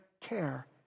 care